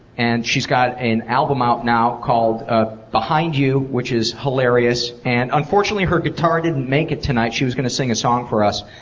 and she's got an album out now called ah behind you, which is hilarious. and unfortunately her guitar didn't make it tonight. she was gonna sing a song for us.